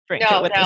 No